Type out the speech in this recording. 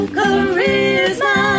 charisma